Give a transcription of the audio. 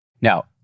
Now